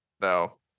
No